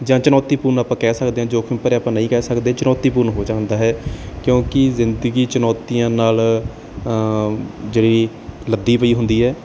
ਜਾਂ ਚੁਣੌਤੀਪੂਰਨ ਆਪਾਂ ਕਹਿ ਸਕਦੇ ਹਾਂ ਜੋਖਿਮ ਭਰਿਆ ਆਪਾਂ ਨਹੀਂ ਕਹਿ ਸਕਦੇ ਚੁਣੌਤੀਪੂਰਨ ਹੋ ਜਾਂਦਾ ਹੈ ਕਿਉਂਕਿ ਜ਼ਿੰਦਗੀ ਚੁਣੌਤੀਆਂ ਨਾਲ ਜਿਹੜੀ ਲੱਦੀ ਪਈ ਹੁੰਦੀ ਹੈ